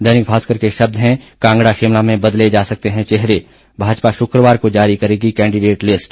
दैनिक भास्कर के शब्द हैं कांगड़ा शिमला में बदले जा सकते हैं चेहरे भाजपा शुक्रवार को जारी करेगी केंडीडेट लिस्ट